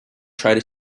try